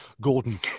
Gordon